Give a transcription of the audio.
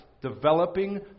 Developing